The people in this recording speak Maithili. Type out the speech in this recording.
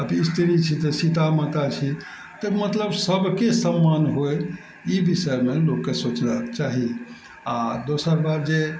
अथी स्त्री छी तऽ सीता माता छी तऽ मतलब सबके सम्मान होइ ई विषयमे लोकके सोचबाक चाही आओर दोसर बात जे